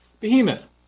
behemoth